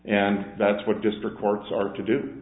and that's what district courts are to do